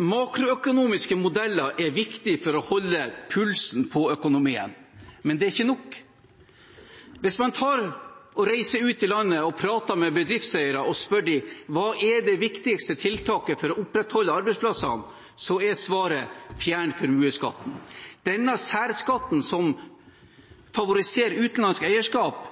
Makroøkonomiske modeller er viktige for å holde pulsen på økonomien, men det er ikke nok. Hvis man reiser rundt i landet og spør bedriftseiere om hva som er det viktigste tiltaket for å opprettholde arbeidsplassene, er svaret: fjern formuesskatten. Denne særskatten som favoriserer utenlandsk eierskap,